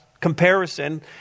comparison